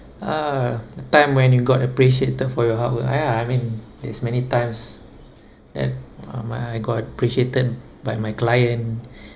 uh a time when you got appreciated for your hard work uh ya I mean there's many times that uh my I got appreciated by my client